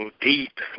deep